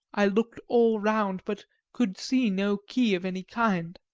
i looked all round, but could see no key of any kind.